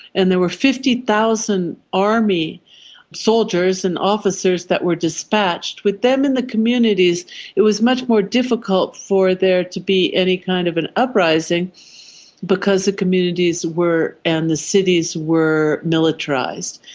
and there were fifty thousand army soldiers and officers that were dispatched, with them in the communities it was much more difficult for there to be any kind of an uprising because the communities and the cities were militarised.